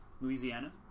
Louisiana